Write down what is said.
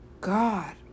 God